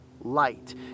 light